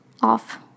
off